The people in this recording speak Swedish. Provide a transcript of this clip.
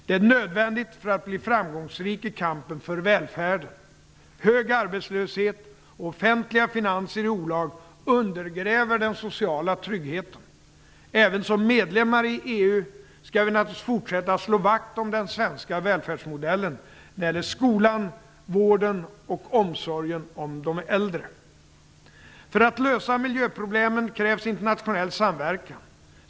Det är nödvändigt för att man skall bli framgångsrik i kampen för välfärden. Hög arbetslöshet och offentliga finanser i olag undergräver den sociala tryggheten. Även som medlemmar i EU skall vi naturligtvis fortsätta att slå vakt om den svenska välfärdsmodellan när det gäller skolan, vården och omsorgen om de äldre. För att lösa miljöproblemen krävs internationell samverkan.